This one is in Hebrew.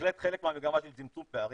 בהחלט חלק מהמגמה של צמצום פערים,